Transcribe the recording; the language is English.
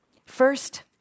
First